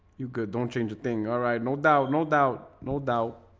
you could don't change a thing. alright, no doubt no doubt. no doubt